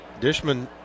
Dishman